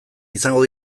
izango